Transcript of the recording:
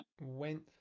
went